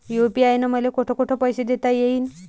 UPI न मले कोठ कोठ पैसे देता येईन?